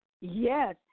Yes